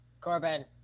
Corbin